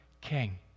King